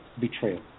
betrayal